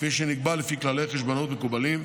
כפי שנקבע לפי כללי חשבונאות מקובלים,